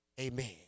Amen